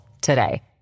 today